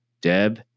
Deb